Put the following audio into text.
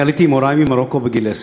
אני עליתי עם הורי ממרוקו בגיל עשר.